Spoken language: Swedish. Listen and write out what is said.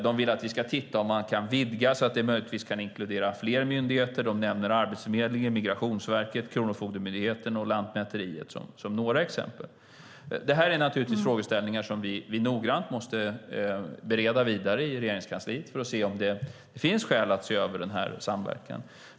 Man vill att vi ska titta på om det går att vidga samverkan så att den kan inkludera fler myndigheter - man nämner Arbetsförmedlingen, Migrationsverket, Kronofogdemyndigheten och Lantmäteriet som några exempel. Detta är frågeställningar som vi noggrant måste bereda vidare i Regeringskansliet för att se om det finns skäl att se över denna samverkan.